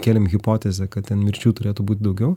kėlėm hipotezę kad ten mirčių turėtų būti daugiau